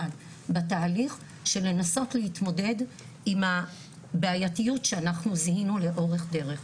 בתהליך של לנסות להתמודד עם הבעייתיות שאנחנו זיהינו לאורך כל הדרך.